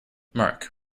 marc